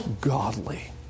godly